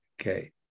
Okay